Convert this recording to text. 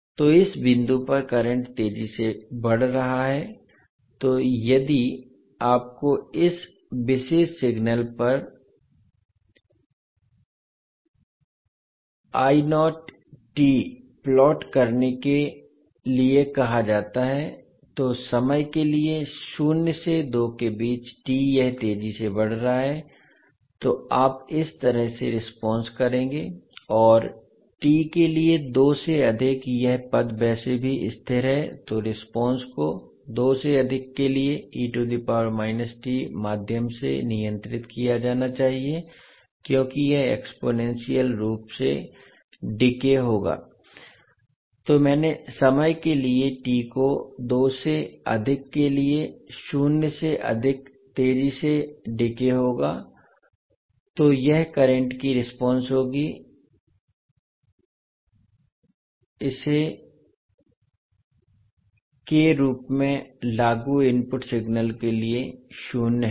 तो इस बिंदु पर करंट तेजी से बढ़ रहा है तो यदि आपको इस विशेष सिग्नल पर I नॉट t प्लॉट करने के लिए कहा जाता है तो समय के लिए शून्य से दो के बीच t यह तेजी से बढ़ रहा है तो आप इस तरह से रेस्पोंस करेंगे और t के लिए दो से अधिक यह पद वैसे भी स्थिर है तो रेस्पोंस को दो से अधिक के लिए माध्यम से नियंत्रित किया जाना चाहिए क्योंकि यह एक्सपोनेंशियल रूप से डिके होगा तो मैंने समय के लिए t को दो से अधिक के लिए शून्य से अधिक तेजी से डिके होगा तो यह करंट की रेस्पोंस होगी मैं के रूप में लागू इनपुट सिग्नल के लिए शून्य है